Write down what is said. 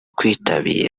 kwitabira